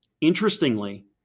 Interestingly